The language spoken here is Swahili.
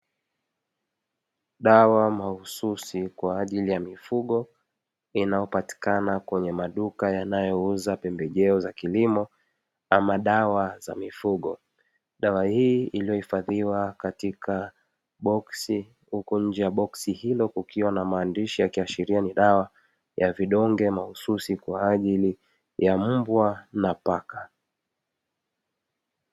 Dawa mahususi kwa ajili ya mifugo inayopatikana kwenye maduka yanayouza pembejeo za kilimo ama dawa za mifugo. Dawa hii iliyohifadhi katika boksi, huku nje ya boksi hilo kukiwa na maandishi yakiashiria ni dawa ya vidonge mahususi kwa ajili ya mbwa na paka.